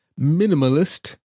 minimalist